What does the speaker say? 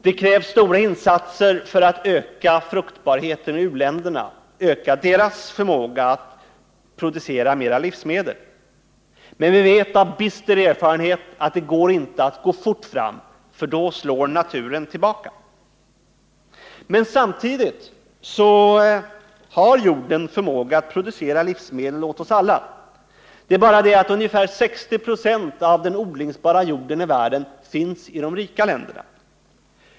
Det krävs stora insatser för att öka fruktbarheten i u-länderna, för att öka deras förmåga att producera mera livsmedel. Men vi vet också av bister erfarenhet att det inte är möjligt att gå fort fram, för då slår naturen tillbaka. Men samtidigt har jorden en förmåga att producera livsmedel åt oss alla. Det är bara det att ungefär 60 926 av den odlingsbara jorden i världen finns i de rika länderna.